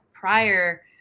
prior